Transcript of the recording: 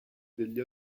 degli